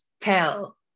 tell